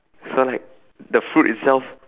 so like t~ the fruit itself